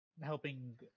helping